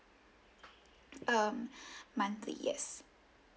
um monthly yes